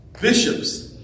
Bishops